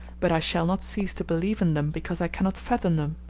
but i shall not cease to believe in them because i cannot fathom them,